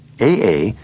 AA